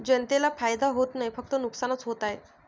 जनतेला फायदा होत नाही, फक्त नुकसानच होत आहे